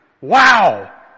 Wow